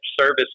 service